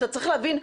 אתה צריך להבין,